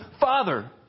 Father